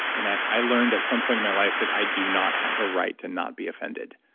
and i i learned at some point in my life that i do not have a right to not be offended